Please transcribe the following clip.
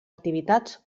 activitats